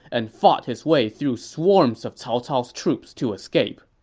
and fought his way through swarms of cao cao's troops to escape.